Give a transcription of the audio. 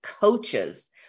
coaches